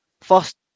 First